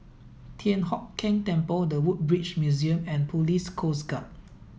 Thian Hock Keng Temple The Woodbridge Museum and Police Coast Guard